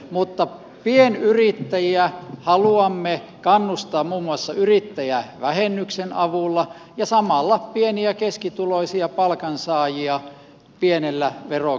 mutta pienyrittäjiä haluamme kannustaa muun muassa yrittäjävähennyksen avulla ja samalla pieni ja keskituloisia palkansaajia pienellä veronkevennyksellä